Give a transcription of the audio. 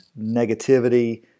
negativity